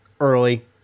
early